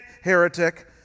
heretic